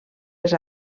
les